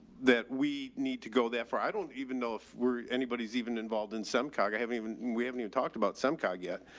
that we need to go that far. i don't even know if anybody's even involved in some cock. i haven't even, we haven't even talked about semcog yet.